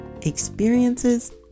experiences